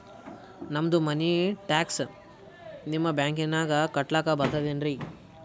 ನಮ್ದು ಮನಿ ಟ್ಯಾಕ್ಸ ನಿಮ್ಮ ಬ್ಯಾಂಕಿನಾಗ ಕಟ್ಲಾಕ ಬರ್ತದೇನ್ರಿ?